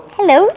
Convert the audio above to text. Hello